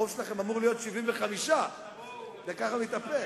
הרוב שלכם אמור להיות 75. זה ככה מתהפך.